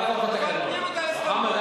לעלות על הדוכן,